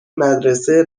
مدرسه